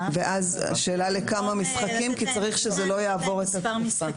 השאלה היא אז לכמה משחקים כי צריך שלא יעבור את התקופה.